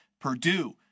Purdue